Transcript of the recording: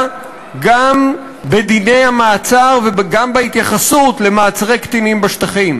גם בדיני המעצר וגם בהתייחסות למעצרי קטינים בשטחים.